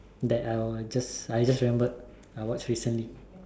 that I will just I just remembered I watched recently